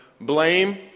blame